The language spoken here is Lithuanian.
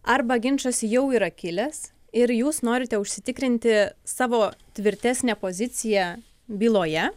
arba ginčas jau yra kilęs ir jūs norite užsitikrinti savo tvirtesnę poziciją byloje